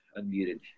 unmuted